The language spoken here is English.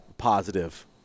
positive